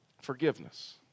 Forgiveness